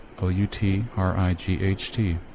O-U-T-R-I-G-H-T